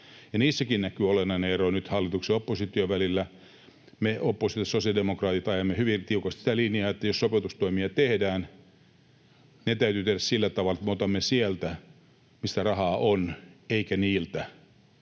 Niissäkin näkyy nyt olennainen ero hallituksen ja opposition välillä. Me sosiaalidemokraatit ajamme oppositiossa hyvin tiukasti sitä linjaa, että jos sopeutustoimia tehdään, ne täytyy tehdä sillä tavalla, että me otamme sieltä, missä rahaa on, eikä niiltä,